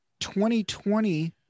2020